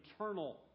eternal